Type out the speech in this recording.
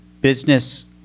business